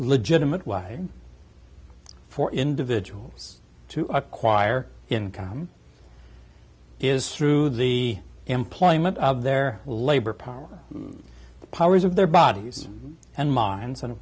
legitimate way for individuals to acquire income is through the employment of their labor power powers of their bodies and minds and